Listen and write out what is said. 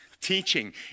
teaching